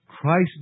Christ